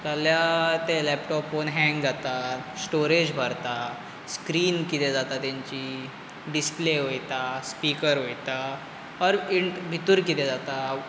जाल्यार ते laptop phone hang जाता स्टोरेज भरता स्क्रीन कितें जाता तेंची डिस्प्ले वयता स्पिकर वयता ऑर ईंट भितूर कितें जाता